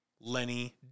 Lenny